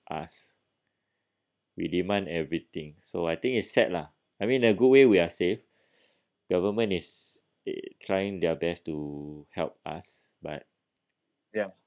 us we demand everything so I think it's sad lah I mean a good way we are safe government is trying their best to help us but